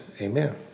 amen